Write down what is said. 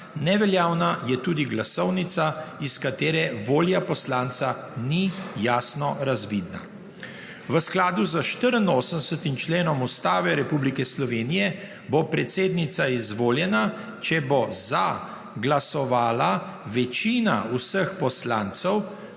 neveljavna je tudi glasovnica, iz katere volja poslanca ni jasno razvidna. V skladu s 84. členom Ustave Republike Slovenije bo predsednica izvoljena, če bo za glasovala večina vseh poslancev,